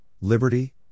liberty